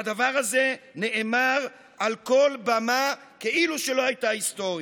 והדבר הזה נאמר על כל במה כאילו שלא הייתה היסטוריה.